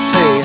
Say